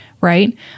Right